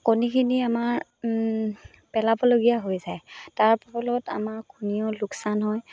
কণীখিনি আমাৰ পেলাবলগীয়া হৈ যায় তাৰ ফলত আমাৰ কণীও লোকচান হয়